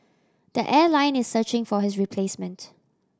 the airline is searching for his replacement